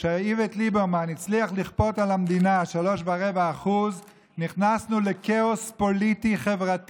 שאיווט ליברמן הצליח לכפות על המדינה 3.25% נכנסנו לכאוס פוליטי-חברתי.